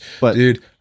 Dude